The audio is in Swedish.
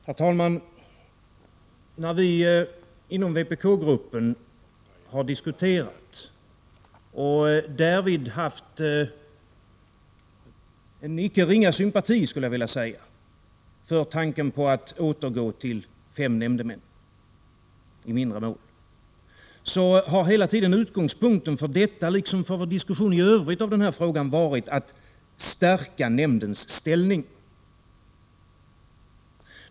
Herr talman! När vi diskuterat det här inom vpk-gruppen och därvid känt en icke ringa sympati, skulle jag vilja säga, för tanken att i mindre mål återgå till fem nämndemän har utgångspunkten — för detta liksom för vår diskussion i övrigt av den här frågan — varit att stärka nämndens ställning.